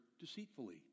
deceitfully